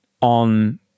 on